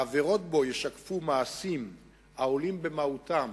העבירות בו ישקפו מעשים העולים במהותם